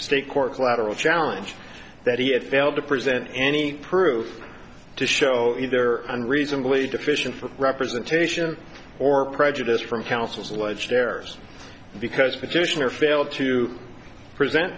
state court collateral challenge that he had failed to present any proof to show either unreasonably deficient for representation or prejudice from counsel's alleged errors because petitioner failed to present